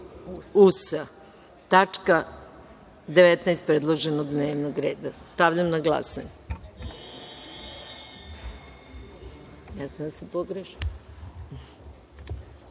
tačka 19. predloženog dnevnog reda. Stavljam na glasanje